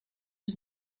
was